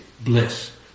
Bliss